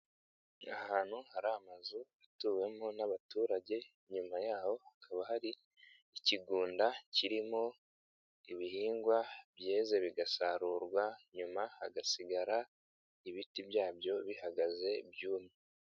Ahantu hari amazu atuwemo n'abaturage, inyuma yaho hakaba hari ikigunda kirimo ibihingwa byeze bigasarurwa nyuma hagasigara ibiti byabyo bihagaze byumye.